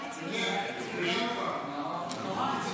תודה, הקואליציה.